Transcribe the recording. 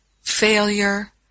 failure